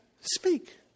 speak